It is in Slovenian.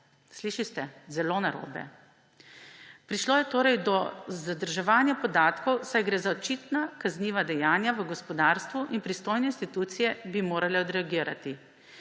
Slišite? Zelo narobe. »Prišlo je torej do zadrževanja podatkov, saj gre za očitna kazniva dejanja v gospodarstvu in pristojne institucije bi morale odreagirati.